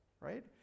right